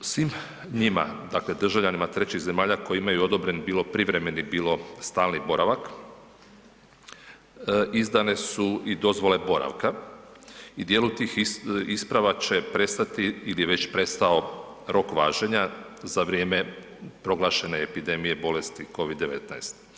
Svim njima, dakle državljanima trećih zemalja koji imaju odobren bilo privremeni, bilo stalni boravak izdane su i dozvole boravka i u dijelu tih isprava će prestati ili je već prestao rok važenja za vrijeme proglašenje epidemije bolesti COVID-19.